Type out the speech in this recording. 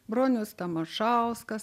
bronius tamašauskas